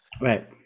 Right